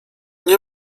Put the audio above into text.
nie